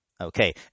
Okay